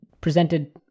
presented